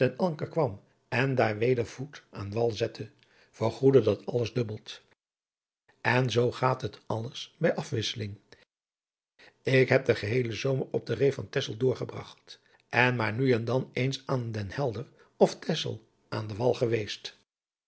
anker kwam en daar weder voet aan wal zette vergoedde dat alles dubbeld en zoo gaat het alles bij afwisseling ik heb den geheelen zomer op de ree van texel doorgebragt en maar nu en dan eens aan de helder of texel aan den wal geweest